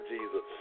Jesus